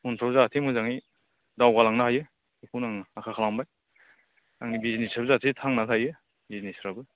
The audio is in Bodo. उनफ्राव जाहाथे मोजाङै दावगालांनो हायो बेखौनो आं आसा खालामबाय आंनि बिजनेसआव जाहाथे थांनानै थायो बिजनेसफ्राबो